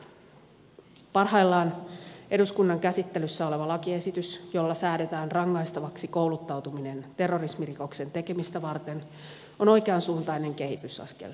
parhaillaan eduskunnan käsittelyssä oleva lakiesitys jolla säädetään rangaistavaksi kouluttautuminen terrorismirikoksen tekemistä varten on oikeansuuntainen kehitysaskel